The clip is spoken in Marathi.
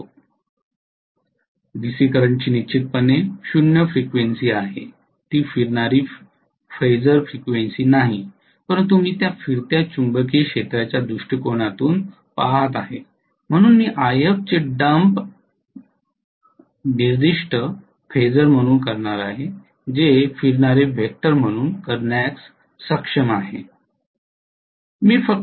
डीसी करंटची निश्चितपणे 0 फ्रिक्वेन्सी आहे ती फिरणारी फेजर नाही परंतु मी त्या फिरत्या चुंबकीय क्षेत्राच्या दृष्टिकोनातून पहात आहे म्हणूनच मी If हे डम्प निर्दिष्ट फेजर म्हणून फिरणारे वेक्टर म्हणून करण्यास सक्षम आहे